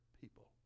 people